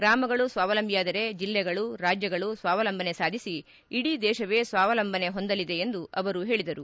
ಗ್ರಾಮಗಳು ಸ್ವಾವಲಂಬಿಯಾದರೆ ಜಿಲ್ಲೆಗಳು ರಾಜ್ಯಗಳು ಸ್ವಾವಲಂಬನೆ ಸಾಧಿಸಿ ಇಡೀ ದೇಶವೇ ಸ್ವಾವಲಂಬನೆ ಹೊಂದಲಿದೆ ಎಂದು ಅವರು ಹೇಳಿದರು